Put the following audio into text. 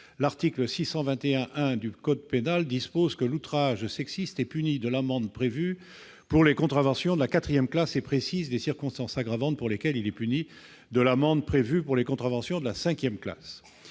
l'article 621-1 du code pénal dispose que l'outrage sexiste est puni de l'amende prévue pour les contraventions de la quatrième classe et précise les circonstances aggravantes pour lesquelles il est puni de l'amende prévue pour les contraventions de la cinquième classe.